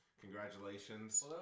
congratulations